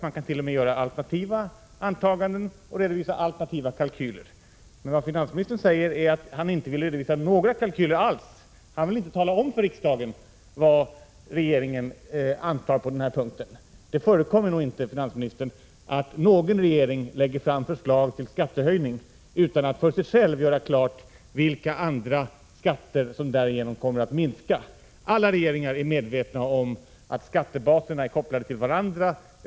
Man kan t.o.m. göra alternativa antaganden och redovisa alternativa kalkyler. Finansministern säger emellertid att han inte vill redovisa några kalkyler alls. Han vill inte tala om för riksdagen vad regeringen antar på den här punkten. Det förekommer nog inte, finansministern, att någon regering lägger fram förslag till skattehöjning utan att för sig själv göra klart vilka andra skatter som därigenom kommer att minska. Alla regeringar är medvetna om att skattebaserna är kopplade till varandra.